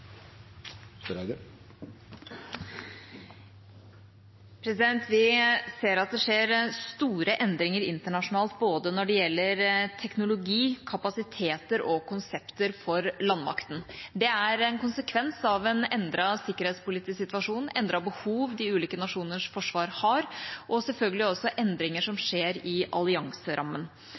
ferdige. Vi ser at det skjer store endringer internasjonalt når det gjelder både teknologi, kapasiteter og konsepter for landmakten. Det er en konsekvens av en endret sikkerhetspolitisk situasjon, endrede behov de ulike nasjoners forsvar har, og selvfølgelig også endringer som skjer i